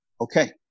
okay